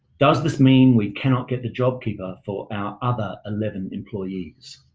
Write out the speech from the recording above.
does this mean we cannot get the jobkeeper for our other eleven employees?